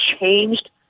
changed